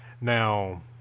now